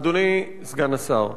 אדוני סגן השר,